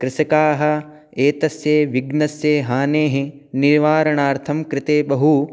कृषकाः एतस्य विघ्नस्य हानेः निवारणार्थं कृते बहु